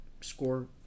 score